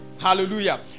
Hallelujah